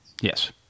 Yes